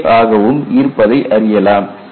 15 ஆகவும் இருப்பதை அறியலாம்